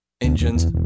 Engines